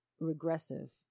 regressive